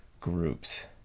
groups